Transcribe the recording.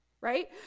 right